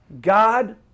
God